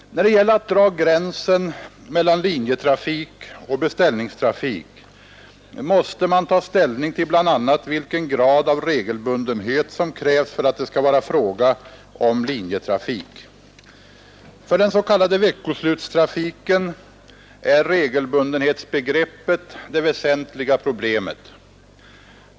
När det gäller att dra gränsen mellan linjetrafik och beställningstrafik måste man ta ställning till bl.a. vilken grad av regelbundenhet som krävs för att det skall vara fråga om linjetrafik. För den s.k. veckoslutstrafiken är regelbundenhetsbegreppet det väsentliga problemet.